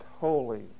holy